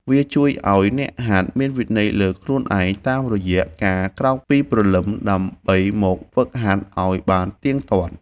វាជួយឱ្យអ្នកហាត់មានវិន័យលើខ្លួនឯងតាមរយៈការក្រោកពីព្រលឹមដើម្បីមកហ្វឹកហាត់ឱ្យបានទៀងទាត់។